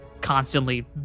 constantly